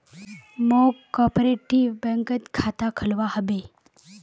मौक कॉपरेटिव बैंकत खाता खोलवा हबे